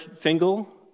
single